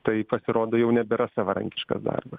tai pasirodo jau nebėra savarankiškas darbas